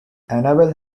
annabelle